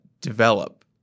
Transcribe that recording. develop